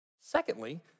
Secondly